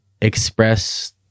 express